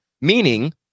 meaning